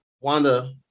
Wanda